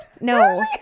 No